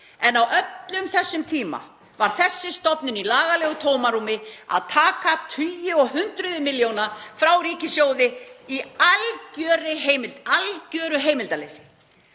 En á öllum þessum tíma var þessi stofnun í lagalegu tómarúmi að taka tugi og hundruð milljóna frá ríkissjóði í algeru heimildarleysi